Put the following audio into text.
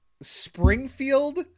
Springfield